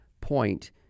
point